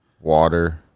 water